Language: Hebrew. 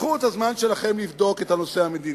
קחו את הזמן שלכם לבדוק את הנושא המדיני,